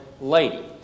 lady